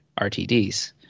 RTDs